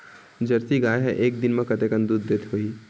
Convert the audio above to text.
Jersey गाय ह एक दिन म कतेकन दूध देत होही?